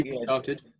started